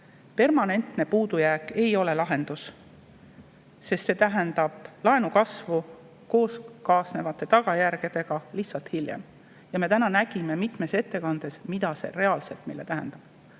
Permanentne puudujääk ei ole lahendus, sest see tähendab laenukasvu koos kaasnevate tagajärgedega, need tulevad lihtsalt hiljem. Me kuulsime täna mitmes ettekandes, mida see reaalselt tähendab.